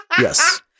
Yes